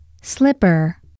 Slipper